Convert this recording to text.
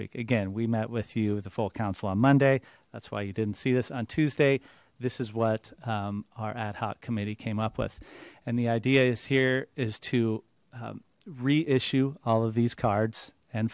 week again we met with you the full council on monday that's why you didn't see this on tuesday this is what our ad hoc committee came up with and the idea is here is to reissue all of these cards and